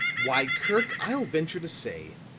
why, kirk, i'll venture to say,